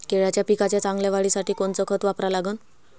केळाच्या पिकाच्या चांगल्या वाढीसाठी कोनचं खत वापरा लागन?